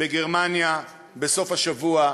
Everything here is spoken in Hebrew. בגרמניה בסוף השבוע,